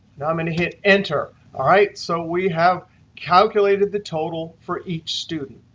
now i'm going to hit enter. all right? so we have calculated the total for each student.